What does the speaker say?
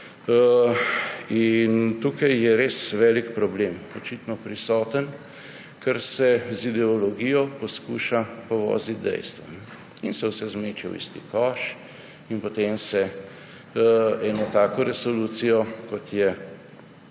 prisoten res velik problem, ker se z ideologijo poskuša povoziti dejstva in se vse zmeče v isti koš in potem se eno tako resolucijo, kot je